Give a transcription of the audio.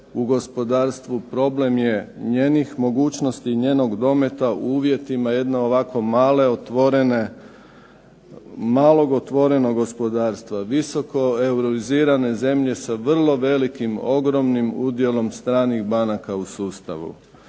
u gospodarstvu problem je njenih mogućnosti i njenog dometa u uvjetima jedne ovako male otvorenog gospodarstva visokoeurovizirane zemlje sa vrlo velikim ogromnim udjelom stranih banaka u sustavu.